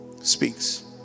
speaks